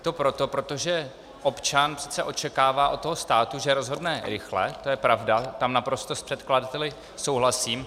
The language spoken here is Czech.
To proto, protože občan přece očekává od toho státu, že rozhodne rychle, to je pravda, tam naprosto s předkladateli souhlasím.